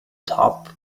top